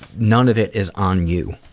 none of it is on you.